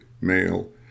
male